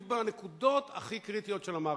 בדיוק בנקודות הכי קריטיות של המערכת.